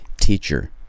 teacher